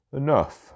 enough